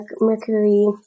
Mercury